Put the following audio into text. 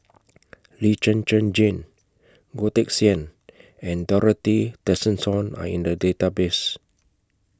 Lee Zhen Zhen Jane Goh Teck Sian and Dorothy Tessensohn Are in The Database